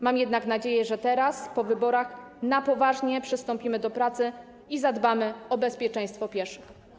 Mam jednak nadzieję, że teraz, po wyborach, na poważnie przystąpimy do pracy i zadbamy o bezpieczeństwo pieszych.